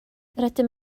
rydym